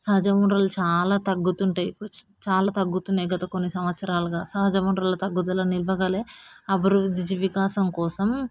సహజ వనరులు చాలా తగ్గుతుంటాయి చాలా తగ్గుతున్నాయి గత కొన్ని సంవత్సరాలుగా సహజ వనరుల తగ్గుదల నిలుపదలే అభివృద్ధి వికాసం కోసం